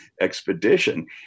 expedition